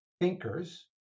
thinkers